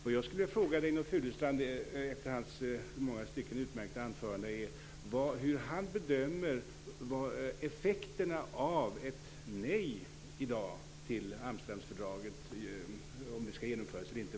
Efter att ha lyssnat på Reynoldh Furustrands i många stycken utmärkta anförande, vill jag höra hur han bedömer effekterna av ett nej i dag till Amsterdamfördraget.